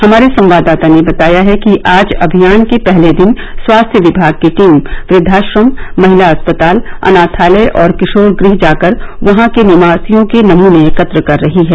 हमारे संवाददाता ने बताया है कि आज अभियान के पहले दिन स्वास्थ्य विमाग की टीम वृद्वाश्रम महिला अस्पताल अनाथालय और किशोर गृह जाकर वहां के निवासियों के नमूने एकत्र कर रही हैं